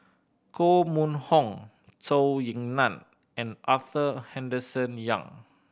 Koh Mun Hong Zhou Ying Nan and Arthur Henderson Young